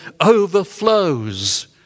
overflows